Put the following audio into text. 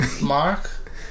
Mark